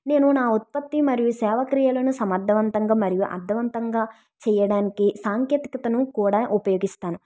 నేను నా ఉత్పత్తి మరియు సేవాక్రియలను సమర్థవంతంగా మరియు అర్థవంతంగా చేయడానికి సాంకేతికతను కూడా ఉపయోగిస్తాను